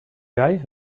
eye